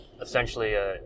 essentially